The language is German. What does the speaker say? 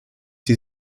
die